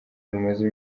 rumaze